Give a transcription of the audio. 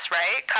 right